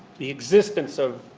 the existence of